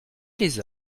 les